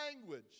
language